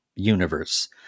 Universe